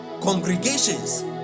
congregations